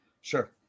Sure